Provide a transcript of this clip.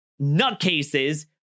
nutcases